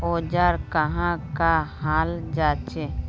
औजार कहाँ का हाल जांचें?